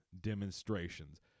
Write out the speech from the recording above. demonstrations